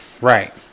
right